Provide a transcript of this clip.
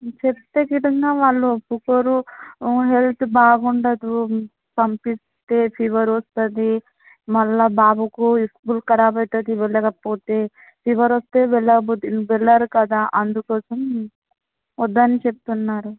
చెప్తే చూడగా వాళ్ళు ఒప్పుకోరు హెల్త్ బాగుండదు పంపిస్తే ఫీవర్ వస్తుంది మళ్ళా బాబుకు స్కూల్ కరాబ్ అవుతుంది వెళ్ళకపోతే ఫేవర్ వస్తే వెళ్లారు కదా అందుకోసం వద్దు అని చెప్తున్నారు